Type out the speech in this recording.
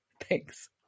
Thanks